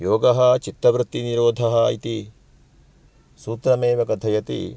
योगः चित्तवृत्तिनिरोधः इति सूत्रमेव कथयति